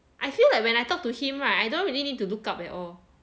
I feel like when I talk to him right I don't really need to look up at all